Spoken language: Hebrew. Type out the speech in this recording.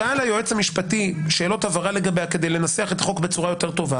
שאל היועץ המשפטי שאלות הבהרה לגביה כדי לנסח את החוק בצורה יותר טובה,